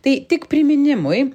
tai tik priminimui